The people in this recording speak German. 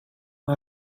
und